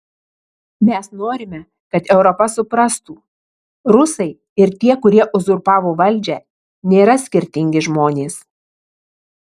mes norime kad europa suprastų rusai ir tie kurie uzurpavo valdžią nėra skirtingi žmonės